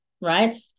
right